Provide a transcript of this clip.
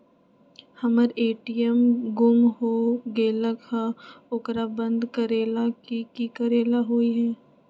हमर ए.टी.एम गुम हो गेलक ह ओकरा बंद करेला कि कि करेला होई है?